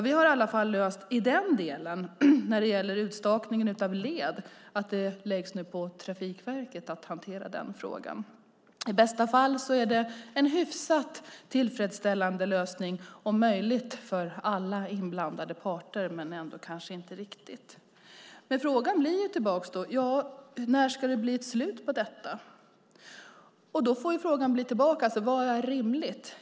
Vi har i alla fall löst frågan om utstakningen av led. Frågan läggs på Trafikverket. I bästa fall är det en hyfsat tillfredsställande lösning, om möjligt för alla inblandade parter - men ändå kanske inte riktigt. När ska det bli ett slut på detta? Vad är rimligt?